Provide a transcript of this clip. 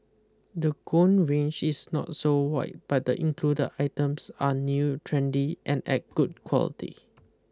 the gown range is not so wide but the included items are new trendy and at good quality